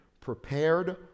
prepared